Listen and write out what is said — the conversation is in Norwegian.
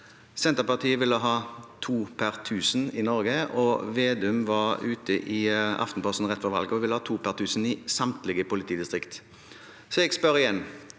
Senterpartiet ville ha to per tusen i Norge, og Vedum var ute i Aftenposten rett før valget og ville ha to per tusen i samtlige politidistrikt.